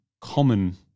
common